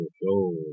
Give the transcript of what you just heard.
sure